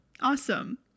awesome